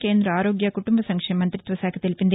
కేంద ఆరోగ్య కుటుంబ సంక్షేమ మంతిత్వ శాఖ తెలిపింది